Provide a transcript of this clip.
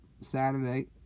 Saturday